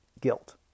guilt